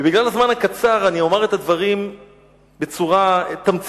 בגלל הזמן הקצר אני אומר את הדברים בצורה תמציתית.